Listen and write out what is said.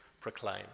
proclaim